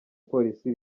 polisi